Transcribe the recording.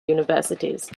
universities